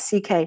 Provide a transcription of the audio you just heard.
CK